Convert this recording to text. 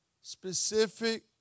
specific